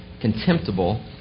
contemptible